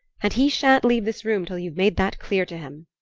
and he sha'n't leave this room till you've made that clear to him.